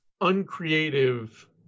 uncreative